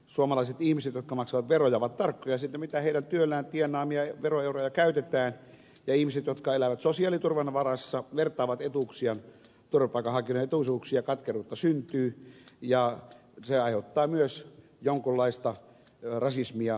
suomalaiset ihmiset jotka maksavat veroja ovat tarkkoja siitä miten heidän työllään tienaamia veroeuroja käytetään ja ihmiset jotka elävät sosiaaliturvan varassa vertaavat etuuksiaan turvapaikanhakijoiden etuisuuksiin ja katkeruutta syntyy ja se aiheuttaa myös jonkunlaista rasismia tämäkin